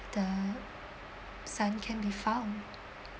the son can be found